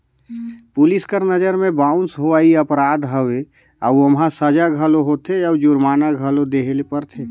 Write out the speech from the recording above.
police कर नंजर में बाउंस होवई अपराध हवे अउ ओम्हां सजा घलो होथे अउ जुरमाना घलो देहे ले परथे